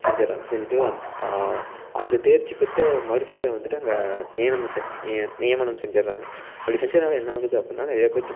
செஞ்சிடுறாங்க செஞ்சுட்டு அந்த அதில் தேர்ச்சிப் பெற்ற மருத்துவர்களை வந்துவிட்டு அங்கே நியனம ச நி நியமனம் செஞ்சிடுறாங்க அப்படி செஞ்சதுனால என்ன ஆகுது அப்புடின்னா நிறையா பேர்த்து